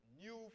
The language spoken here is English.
new